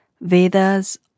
Veda's